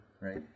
right